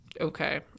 Okay